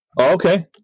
Okay